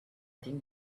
think